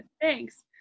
Thanks